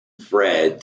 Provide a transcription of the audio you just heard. fred